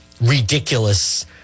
ridiculous